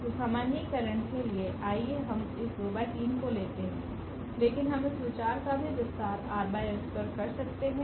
तो सामान्यीकरण के लिए आइए हम इस 2 ×3 को लेते हैं लेकिन हम इस विचार का भी विस्तारपर कर सकते हैं